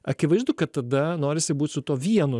akivaizdu kad tada norisi būt su tuo vienu